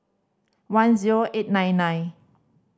one zero eight nine nine